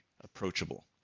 approachable